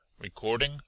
Recording